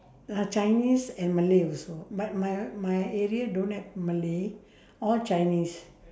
uh chinese and malay also but my my area don't have malay all chinese